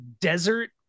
desert